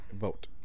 Vote